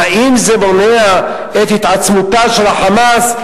האם זה מונע את ההתעצמות של ה"חמאס",